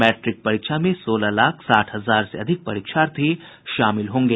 matric परीक्षा में सोलह लाख साठ हजारसे अधिक परीक्षार्थी शामिल होंगे